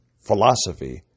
philosophy